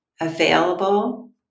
available